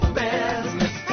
business